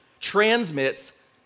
transmits